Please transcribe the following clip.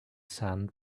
sand